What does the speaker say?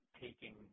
taking